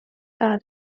are